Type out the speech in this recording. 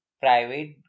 private